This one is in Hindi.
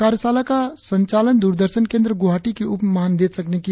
कार्यशाला का संचालन दूरदर्शन केंद्र गुवाहाटी की उप महानिदेशक ने किया